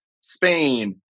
Spain